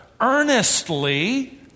earnestly